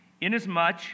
Inasmuch